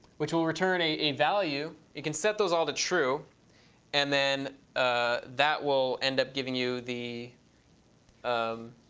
which will return a a value. you can set those all to true and then ah that will end up giving you the um